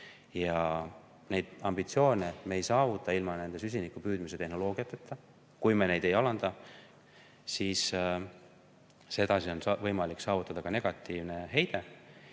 Neid ambitsioone me ei saavuta ilma süsinikupüüdmise tehnoloogiateta, kui me neid ei alanda, siis sedasi on võimalik saavutada ka negatiivne heide.